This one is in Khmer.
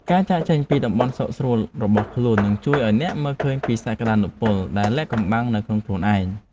ការចាកចេញពីតំបន់សុខស្រួលរបស់ខ្លួននឹងជួយឱ្យអ្នកមើលឃើញពីសក្តានុពលដែលលាក់កំបាំងនៅក្នុងខ្លួនឯង។